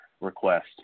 request